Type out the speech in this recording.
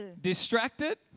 Distracted